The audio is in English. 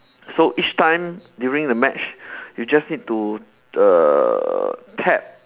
so each time during the match you just need to err tap